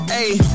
ayy